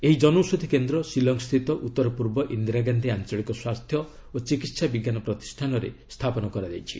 ଏହି ଜନୌଷଧି କେନ୍ଦ୍ର ଶିଲଙ୍ଗ୍ ସ୍ଥିତ ଉତ୍ତର ପୂର୍ବ ଇନ୍ଦିରା ଗାନ୍ଧି ଆଞ୍ଚଳିକ ସ୍ୱାସ୍ଥ୍ୟ ଓ ଚିକିତ୍ସା ବିଜ୍ଞାନ ପ୍ରତିଷାନରେ ସ୍ଥାପନ କରାଯାଇଛି